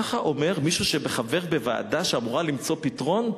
כך אומר מישהו שחבר בוועדה שאמורה למצוא פתרון?